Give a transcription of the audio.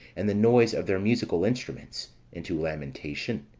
and the noise of their musical instruments into lamentation.